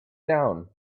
down